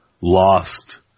lost